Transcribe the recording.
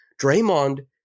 Draymond